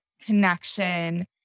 connection